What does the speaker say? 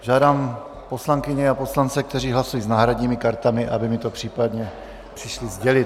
Žádám poslankyně a poslance, kteří hlasují s náhradními kartami, aby mi to případně přišli sdělit.